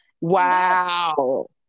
Wow